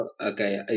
okay